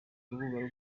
rubuga